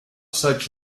such